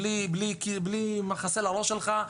בלי מחסה לראש שלך,